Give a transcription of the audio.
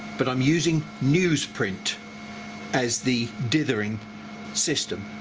but i'm using newsprint as the dithering system.